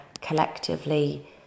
collectively